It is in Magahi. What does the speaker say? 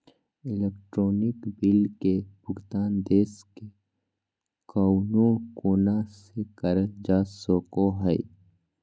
इलेक्ट्रानिक बिल के भुगतान देश के कउनो कोना से करल जा सको हय